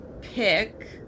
pick